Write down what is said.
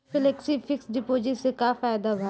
Flexi fix deposit से का फायदा भा?